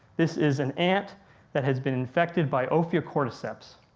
this is an ant that has been infected by ophiocordyceps.